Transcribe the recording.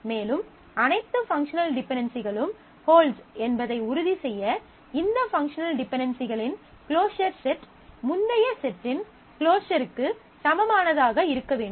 மேலும் அனைத்து பங்க்ஷனல் டிபென்டென்சிகளும் ஹோல்ட்ஸ் என்பதை உறுதிசெய்ய இந்த பங்க்ஷனல் டிபென்டென்சிகளின் க்ளோஸர் செட் முந்தைய செட்டின் க்ளோஸர்க்கு சமமானதாக இருக்க வேண்டும்